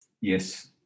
Yes